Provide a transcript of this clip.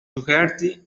dougherty